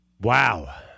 Wow